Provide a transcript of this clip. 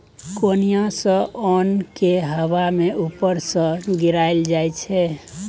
कोनियाँ सँ ओन केँ हबा मे उपर सँ गिराएल जाइ छै